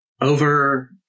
over